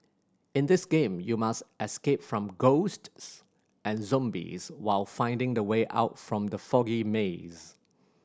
in this game you must escape from ghosts and zombies while finding the way out from the foggy maze